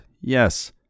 yes